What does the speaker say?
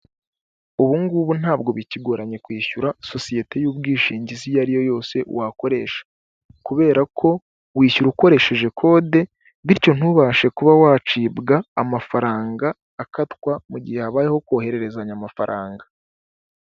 Ubungubu ntabwo bikigoranye kwishyura sosiyete y'ubwishingizi iyo ari yo yose wakoresha, kubera ko wishyura ukoresheje kode bityo ntubashe kuba wacibwa amafaranga akatwa mu gihe habayeho kohererezanya amafaranga.